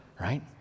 right